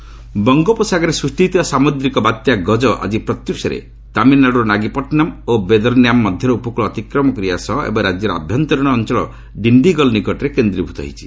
cyclone ଗକ ବଙ୍ଗୋପସାଗରରେ ସୃଷ୍ଟି ହୋଇଥିବା ସାମୁଦ୍ରିକ ବାତ୍ୟା 'ଗଜ' ଆଜି ପ୍ରତ୍ୟୁଷରେ ତାମିଲନାଡୁର ନାଗିପାଟିନମ୍ ଓ ବେଦରନ୍ୟମ୍ ମଧ୍ୟରେ ଉପକୂଳ ଅତିକ୍ରମ କରିବା ସହ ଏବେ ରାଜ୍ୟର ଆଭ୍ୟନ୍ତରୀଣ ଅଞ୍ଚଳ ଡିଣ୍ଡିଗଲ ନିକଟରେ କେନ୍ଦ୍ରୀଭୂତ ହୋଇଛି